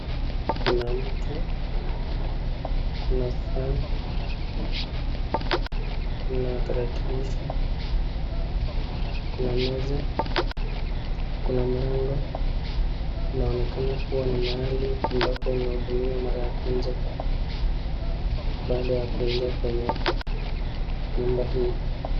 Kuna mtu, kuna saa, kuna tarakilishi, kuna meza, kuna mlango. Inaonekana kuwa ni mahali ambapo unahudumiwa mara ya kwanza baada ya kuingia kwenye nyumba hii.